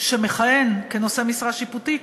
שמכהן כנושא משרה שיפוטית,